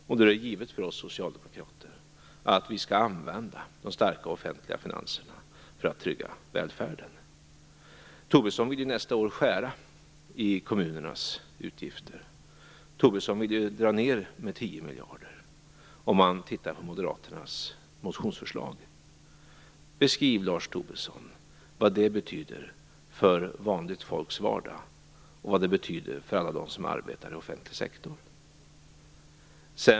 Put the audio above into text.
Då är det givet för oss socialdemokrater att vi skall använda de starka offentliga finanserna för att trygga välfärden. Tobisson vill ju skära i kommunernas utgifter nästa år. Tobisson vill dra ned med 10 miljarder. Det ser man om tittar på Moderaternas motionsförslag. Beskriv vad det betyder för vanligt folks vardag, Lars Tobisson, och vad det betyder för alla dem som arbetar i den offentliga sektorn!